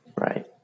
right